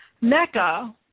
Mecca